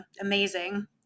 amazing